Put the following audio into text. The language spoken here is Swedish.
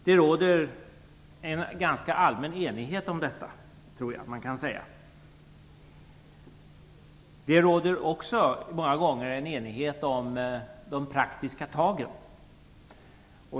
Det råder en ganska allmän enighet om detta. Det tror jag att man kan säga. Det råder också många gånger en enighet om de praktiska tagen.